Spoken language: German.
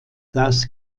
das